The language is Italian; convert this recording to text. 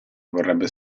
vorrebbe